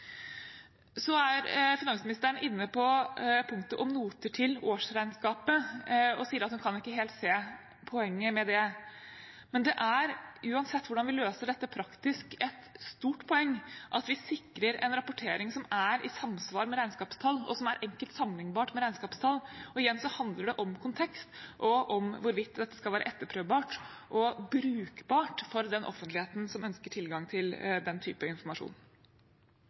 Så er finansministeren inne på punktet om noter til årsregnskapet og sier at hun ikke helt kan se poenget med det. Men det er – uansett hvordan vi løser dette praktisk – et stort poeng at vi sikrer en rapportering som er i samsvar med regnskapstall, og som er enkelt sammenlignbart med regnskapstall. Igjen handler det om kontekst og om hvorvidt dette skal være etterprøvbart og brukbart for den offentligheten som ønsker tilgang til den typen informasjon.